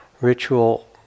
ritual